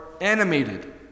animated